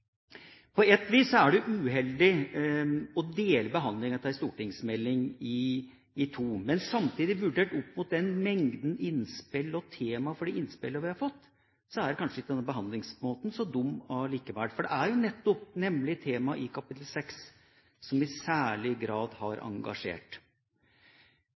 På et vis er det uheldig å dele behandlinga av en stortingsmelding i to. Men samtidig: Vurdert opp mot den mengden innspill og tema for de innspillene vi har fått, så er kanskje ikke denne behandlingsmåten så dum likevel. For det er jo nettopp temaene i kapittel 6 som i særlig grad har